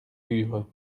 lûrent